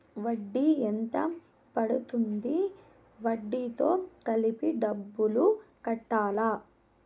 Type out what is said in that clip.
వడ్డీ ఎంత పడ్తుంది? వడ్డీ తో కలిపి డబ్బులు కట్టాలా?